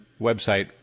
website